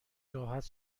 راحت